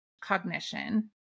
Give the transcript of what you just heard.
cognition